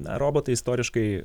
na robotai istoriškai